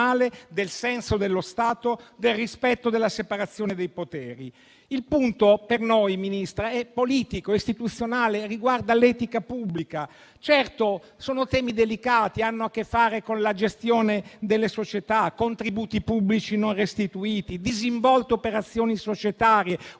del senso dello Stato, del rispetto della separazione dei poteri. Per noi, signora Ministra, il punto è politico e istituzionale e riguarda l'etica pubblica. Certo, sono temi delicati che hanno a che fare con la gestione delle società, con contributi pubblici non restituiti, con disinvolte operazioni societarie,